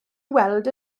weld